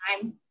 time